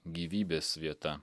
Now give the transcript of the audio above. gyvybės vieta